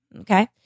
Okay